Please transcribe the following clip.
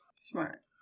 Smart